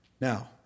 Now